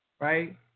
Right